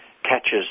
catches